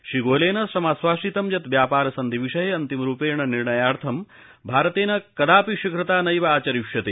श्रीगोयलेन समाश्वासितं यत् व्यापार सन्धि विषये अन्तिमरूपेण निर्णयार्थ भारतेन कदापि शीघ्रता नैव आचरिष्यते